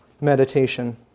meditation